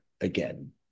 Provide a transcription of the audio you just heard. again